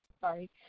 sorry